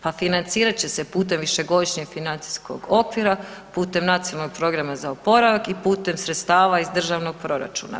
Pa financirat će se putem višegodišnjeg financijskog okvira, putem Nacionalnog programa za oporavak i putem sredstava iz državnog proračuna.